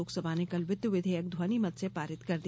लोकसभा ने कल वित्त विधेयक ध्वनि मत से पारित कर दिया